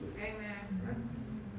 Amen